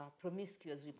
promiscuous